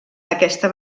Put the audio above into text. aquesta